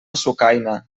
sucaina